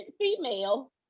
female